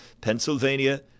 Pennsylvania